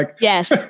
Yes